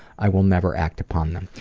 i will never act upon them.